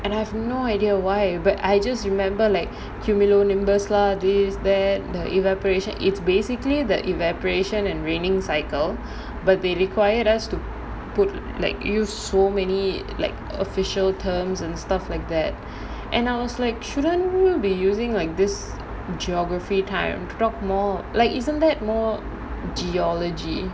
and I have no idea why but I just remember like cumulonimbus lah this that the evaporation it's basically the evaporation and raining cycle but they required us to put like use so many like official terms and stuff like that and I was like shouldn't you be using like this geography time to talk more like isn't that more geology